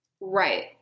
Right